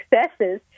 Successes